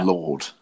Lord